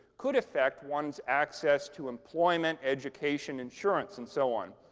could affect one's access to employment, education, insurance, and so on.